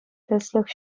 тӗслӗх